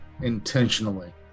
intentionally